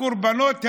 הקורבנות האלו,